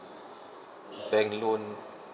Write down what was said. bank loan